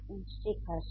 3Aintrinsic હશે